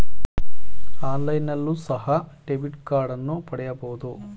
ಆನ್ಲೈನ್ನಲ್ಲಿಯೋ ಸಹ ಡೆಬಿಟ್ ಕಾರ್ಡನ್ನು ಪಡೆಯಬಹುದು